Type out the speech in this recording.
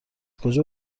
کجا